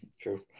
True